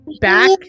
back